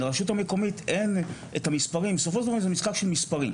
אם לרשות המקומית אין את המספרים בסופו של דבר זה משחק של מספרים.